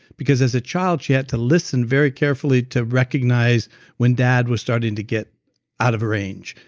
because as a child she had to listen very carefully to recognize when dad was starting to get out of range,